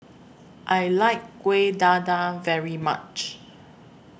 I like Kueh Dadar very much